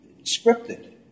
scripted